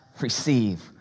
Receive